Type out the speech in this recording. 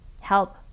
help